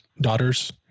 daughters